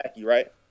right